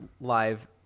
live